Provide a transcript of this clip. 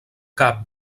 cap